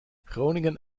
groningen